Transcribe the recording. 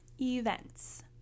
events